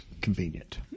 convenient